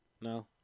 No